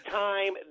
time